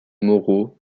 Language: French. moraux